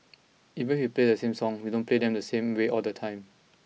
even if we play the same songs we don't play them the same way all the time